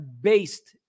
based